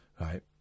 Right